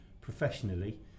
professionally